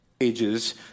Ages